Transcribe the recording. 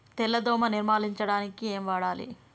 తెల్ల దోమ నిర్ములించడానికి ఏం వాడాలి?